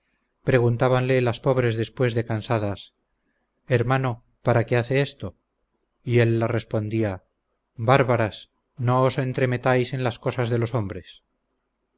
maleantes preguntabanle las pobres después de cansadas hermano para qué hace esto y él las respondía bárbaras no os entremetáis en las cosas de los hombres